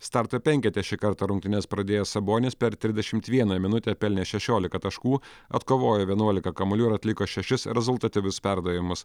starto penkete šį kartą rungtynes pradėjęs sabonis per tridešimt vieną minutę pelnė šešiolika taškų atkovojo vienuolika kamuolių ir atliko šešis rezultatyvius perdavimus